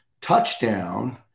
touchdown